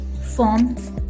forms